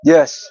Yes